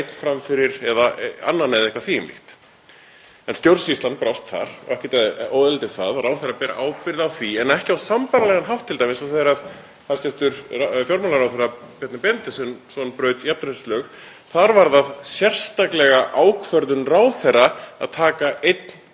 þegar hæstv. fjármálaráðherra Bjarni Benediktsson braut jafnréttislög. Þar var það sérstaklega ákvörðun ráðherra að taka einn umfram annan. Þar kom ráðherra sérstaklega að ákvörðuninni um það hvor umsækjandinn væri hæfastur.